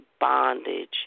bondage